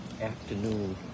afternoon